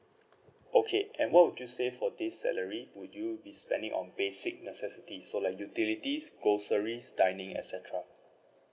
okay and what would you say for this salary would you be spending on basic necessities so like utilities groceries dining etcetera